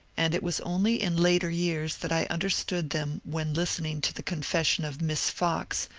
and it was only in later years that i understood them when listening to the confession of miss fox,